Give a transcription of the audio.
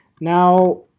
now